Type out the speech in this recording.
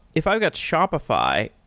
if i've got shopify.